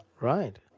Right